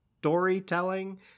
storytelling